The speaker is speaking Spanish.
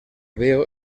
veo